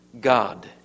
God